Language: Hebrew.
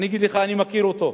אני אגיד לך, אני מכיר אותו.